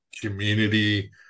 community